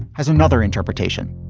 has another interpretation